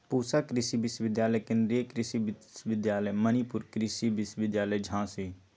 पूसा कृषि विश्वविद्यालय, केन्द्रीय कृषि विश्वविद्यालय मणिपुर, कृषि विश्वविद्यालय झांसी